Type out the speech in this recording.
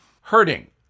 hurting